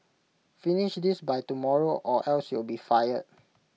finish this by tomorrow or else you'll be fired